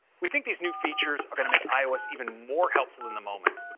we think these new features are gonna make ios even more helpful in the moment.